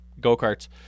go-karts